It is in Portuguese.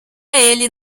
ele